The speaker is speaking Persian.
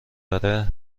اره